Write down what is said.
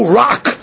rock